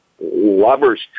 lovers